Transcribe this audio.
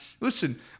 Listen